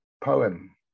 poem